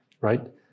right